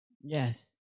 Yes